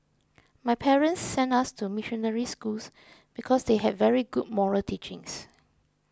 my parents sent us to missionary schools because they had very good moral teachings